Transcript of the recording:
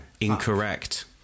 incorrect